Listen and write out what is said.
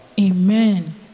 Amen